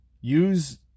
use